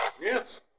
Yes